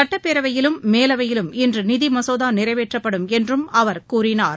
சட்டப்பேரவையிலும் மேலவையிலும் இன்று நிதி மசோதா நிறைவேற்றப்படும் என்றும் அவர் கூறினார்